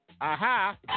Aha